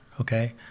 Okay